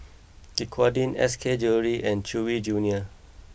Dequadin S K Jewellery and Chewy Junior